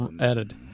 added